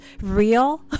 real